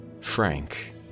Frank